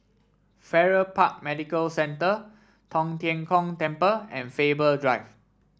Farrer Park Medical Centre Tong Tien Kung Temple and Faber Drive